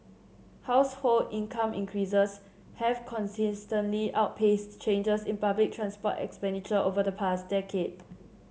household income increases have consistently outpaced changes in public transport expenditure over the past decade